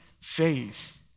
faith